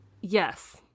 Yes